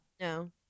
No